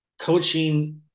coaching